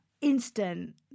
instant